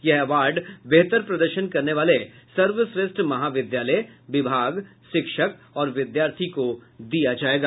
यह अवार्ड बेहतर प्रदर्शन करने वाले सर्वश्रेष्ठ महाविद्यालय विभाग शिक्षक और विद्यार्थी को दिया जायेगा